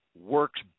Works